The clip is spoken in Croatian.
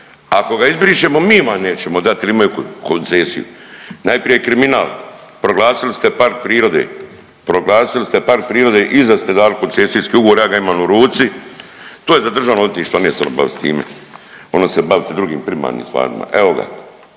ako ga izbrišemo mi vam nećemo dat jel imaju koncesiju. Najprije kriminal, proglasili ste park prirode, proglasili ste park prirode i iza ste dali koncesijski ugovor, ja ga imam u ruci, to je za državno odvjetništvo, neće se ono bavit s time, ono će se bavit drugim primarnim stvarima. Evo ga,